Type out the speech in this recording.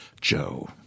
Joe